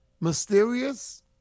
Mysterious